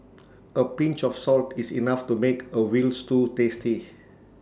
A pinch of salt is enough to make A Veal Stew tasty